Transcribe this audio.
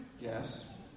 Yes